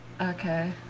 Okay